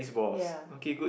ye